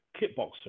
kickboxer